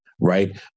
right